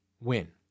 win